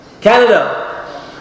Canada